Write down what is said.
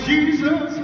Jesus